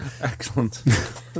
Excellent